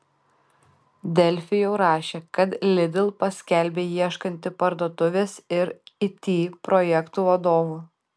delfi jau rašė kad lidl paskelbė ieškanti parduotuvės ir it projektų vadovų